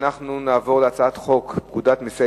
אנו עוברים להצעת חוק לתיקון פקודת מסי